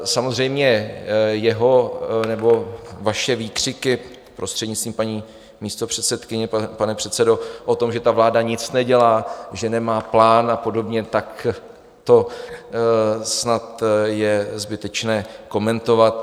Samozřejmě vaše výkřiky, prostřednictvím paní místopředsedkyně, pane předsedo, o tom, že vláda nic nedělá, že nemá plán a podobně, tak to snad je zbytečné komentovat.